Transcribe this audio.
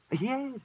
Yes